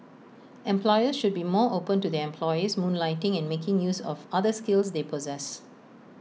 employers should be more open to their employees moonlighting and making use of other skills they possess